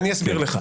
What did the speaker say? אני אסביר לך.